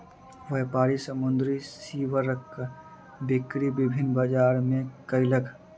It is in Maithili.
व्यापारी समुद्री सीवरक बिक्री विभिन्न बजार मे कयलक